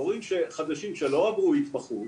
מורים חדשים שלא עברו התמחות,